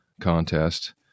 contest